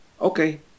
Okay